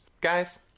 guys